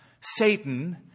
Satan